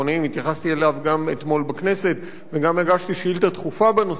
והתייחסתי אליו גם אתמול בכנסת וגם הגשתי שאילתא דחופה בנושא.